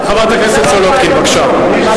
חברת הכנסת סולודקין, בבקשה.